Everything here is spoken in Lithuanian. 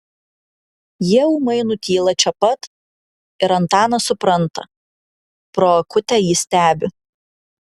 jie ūmai nutyla čia pat ir antanas supranta pro akutę jį stebi